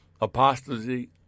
Apostasy